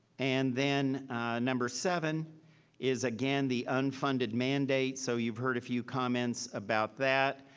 and then a number seven is again the unfunded mandate. so you've heard a few comments about that.